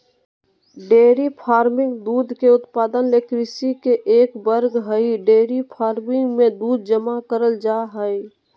dairy farming दूध के उत्पादन ले कृषि के एक वर्ग हई डेयरी फार्मिंग मे दूध जमा करल जा हई